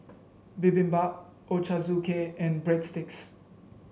Bibimbap Ochazuke and Breadsticks